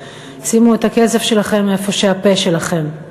כמו שהאמריקניות אומרות: שימו את הכסף שלכם איפה שהפה שלכם.